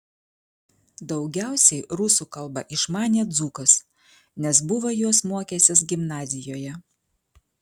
daugiausiai rusų kalbą išmanė dzūkas nes buvo jos mokęsis gimnazijoje